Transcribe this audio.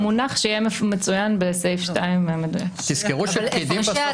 המונח המדויק שיהיה מצוין בסעיף 2. תזכרו שהפקידים בסוף צריכים להבין.